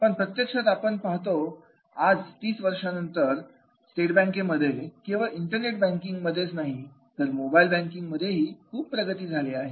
पण प्रत्यक्षात आपण पाहतो आज तीस वर्षानंतर एसबीआय ने केवळ इंटरनेट बँकिंग मध्येच नाही तर मोबाईल बँकिंग मध्येही खूप प्रगती केली आहे